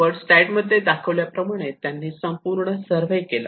वर स्लाईड मध्ये दाखवल्याप्रमाणे त्यांनी संपूर्ण सर्वे केला